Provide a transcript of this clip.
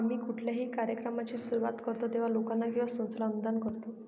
आम्ही कुठल्याही कार्यक्रमाची सुरुवात करतो तेव्हा, लोकांना किंवा संस्थेला अनुदान करतो